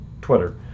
Twitter